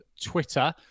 Twitter